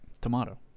Tomato